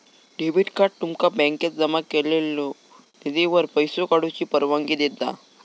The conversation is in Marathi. डेबिट कार्ड तुमका बँकेत जमा केलेल्यो निधीवर पैसो काढूची परवानगी देता